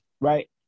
right